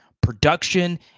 production